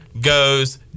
goes